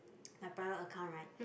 my private account right